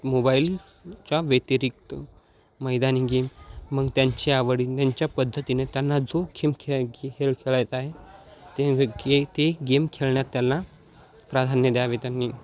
mobile च्या व्यतिरिक्त मैदानी गेम मग त्यांची आवडी त्यांच्या पद्धतीने त्यांना जो खेम खेळ खेळ खेळायचा आहे ते वे ते गेम खेळण्यात त्याला प्राधान्य द्यावे त्यांनी